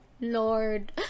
Lord